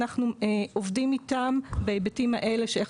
אנחנו עובדים איתם בהיבטים שונים כמו איך